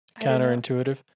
counterintuitive